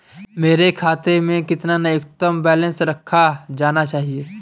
मेरे खाते में कितना न्यूनतम बैलेंस रखा जाना चाहिए?